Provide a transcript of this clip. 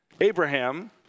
Abraham